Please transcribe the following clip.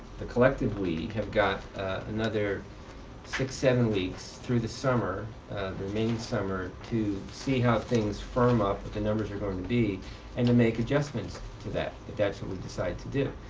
the collective we, have got another six, seven weeks through the summer, the remaining summer to see how things firm up what the numbers are going to be and to make adjustments to that, if that's what we decide to do.